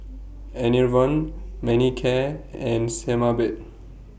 Enervon Manicare and Sebamed